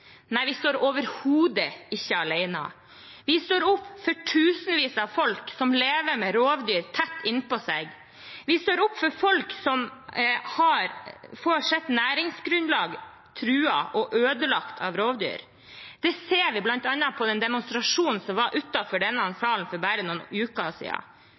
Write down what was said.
Nei, vi står overhodet ikke alene. Vi står opp for tusenvis av folk som lever med rovdyr tett innpå seg. Vi står opp for folk som får næringsgrunnlaget sitt truet og ødelagt av rovdyr. Det ser vi bl.a. på demonstrasjonen som var utenfor denne salen for bare noen uker